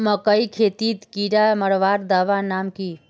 मकई खेतीत कीड़ा मारवार दवा नाम की?